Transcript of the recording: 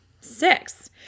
six